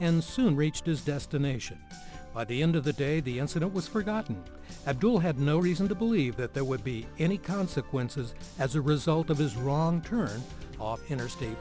and soon reached his destination by the end of the day the incident was forgotten abdul had no reason to believe that there would be any consequences as a result of his wrong turn off interstate